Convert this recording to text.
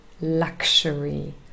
luxury